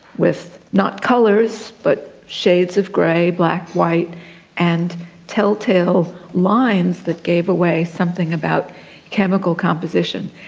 with not colours but shades of grey, black, white and tell-tale lines that gave away something about chemical composition.